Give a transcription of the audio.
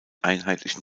einheitlichen